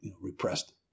repressed